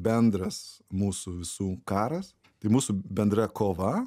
bendras mūsų visų karas tai mūsų bendra kova